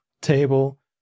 table